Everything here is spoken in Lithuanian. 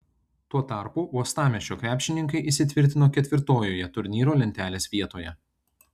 tuo tarpu uostamiesčio krepšininkai įsitvirtino ketvirtojoje turnyro lentelės vietoje